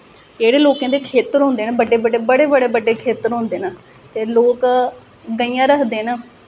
जेह्ड़े लोकें दे खेत्तर होंदे न बड्डे बड्डे बड़े बड्डे बड्डे खेत्तर होंदे न ते लोक गइयां रखदे न